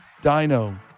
Dino